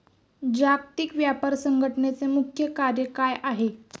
जागतिक व्यापार संघटचे मुख्य कार्य काय आहे?